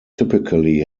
typically